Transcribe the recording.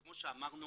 וכמו שאמרנו,